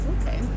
Okay